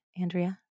Andrea